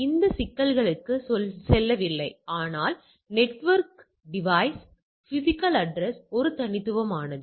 அந்த சிக்கல்களுக்கு செல்லவில்லை ஆனால் நெட்வொர்க் டிவைஸ் பிஸிக்கல் அட்ரஸ் ஒரு தனித்துவமானது